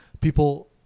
people